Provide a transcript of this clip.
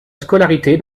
scolarité